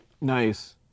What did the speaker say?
Nice